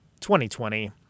2020